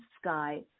sky